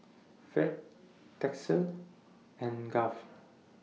Fate Texie and Garth